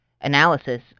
analysis